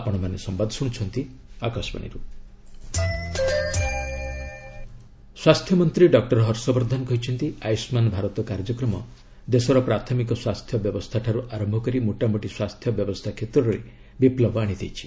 ଆୟୁଷ୍ମାନ୍ ଭାରତ ସ୍ୱାସ୍ଥ୍ୟ ମନ୍ତ୍ରୀ ଡକୁର ହର୍ଷବର୍ଦ୍ଧନ କହିଛନ୍ତି ଆୟୁଷ୍ମାନ୍ ଭାରତ କାର୍ଯ୍ୟକ୍ରମ ଦେଶର ପ୍ରାଥମିକ ସ୍ୱାସ୍ଥ୍ୟ ବ୍ୟବସ୍ଥାଠାରୁ ଆରମ୍ଭ କରି ମୋଟା ମୋଟି ସ୍ପାସ୍ଥ୍ୟ ବ୍ୟବସ୍ଥା କ୍ଷେତ୍ରରେ ବିପୁବ ଆଶିଦେଇଛି